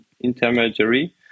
intermediary